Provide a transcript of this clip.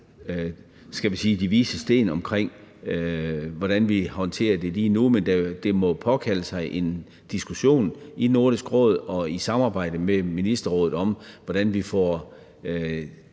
de vises sten, når det gælder, hvordan vi håndterer det lige nu, men det kalder på en diskussion i Nordisk Råd og med ministerrådet om, hvordan vi får